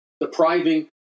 depriving